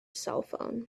cellphone